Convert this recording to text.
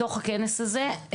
בתוך הכנס הזה.